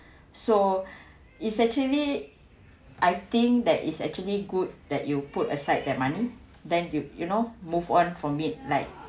so is actually I think that is actually good that you put aside that money then you you know move on from it like